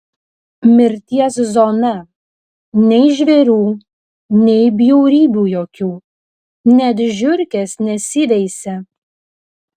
mirties zona nei žvėrių nei bjaurybių jokių net žiurkės nesiveisia